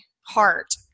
heart